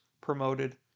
promoted